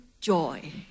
joy